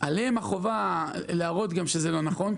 עליהם החובה להראות שזה לא נכון,